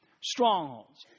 strongholds